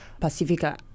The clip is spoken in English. Pacifica